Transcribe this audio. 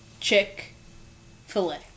Chick-fil-A